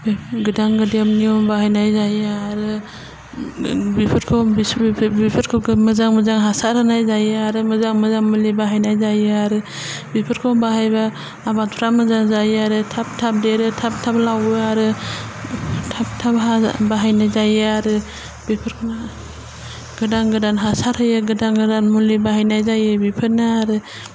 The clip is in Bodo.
बेफोर गोदान गोदोम नियम बाहायनाय जायो आरो बेफोरखौ मोजां मोजां हासार होनाय जायो आरो मोजां मोजां मुलि बाहायनाय जायो आरो बिफोरखौ बाहायबा आबादफ्रा मोजां जायो आरो थाब थाब देरो थाब थाब लावो आरो थाब थाब हाजा बाहायनाय जायो आरो बेफोरखौनो गोदान गोदान हासार होयो गोदान गोदान मुलि बाहायनाय जायो बेफोरनो आरो